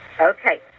okay